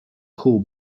core